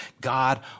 God